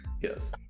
yes